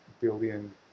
billion